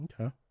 Okay